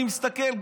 אני מסתכל,